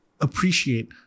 appreciate